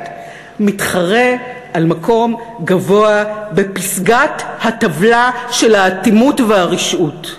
מתחרה על מקום גבוה בפסגת הטבלה של האטימות והרשעות.